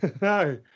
No